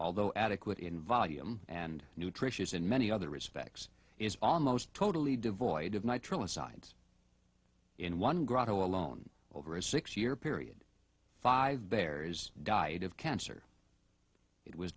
although adequate in volume and nutritious in many other respects is almost totally devoid of nitrile asides in one grotto alone over a six year period five bears died of cancer